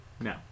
no